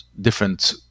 different